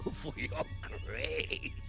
for your graves!